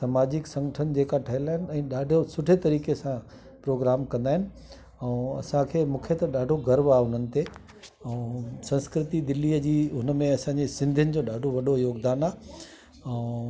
समाजिक संगठन जेका ठहियलु आहिनि ऐं ॾाढो सुठे तरीक़े सां प्रोग्राम कंदा आहिनि ऐं असांखे मूंखे त ॾाढो गर्व आहे उन्हनि ते ऐं संस्कृति दिल्लीअ जी हुनमें असांजी सिंधियुनि जो ॾाढो वॾो योगदान आहे ऐं